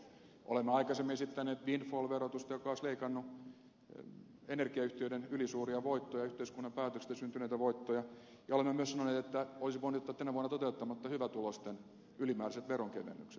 olemme aikaisemmin esittäneet windfall verotusta joka olisi leikannut energiayhtiöiden ylisuuria voittoja yhteiskunnan päätöksistä syntyneitä voittoja ja olemme myös sanoneet että olisi voinut jättää tänä vuonna toteuttamatta hyvätuloisten ylimääräiset veronkevennykset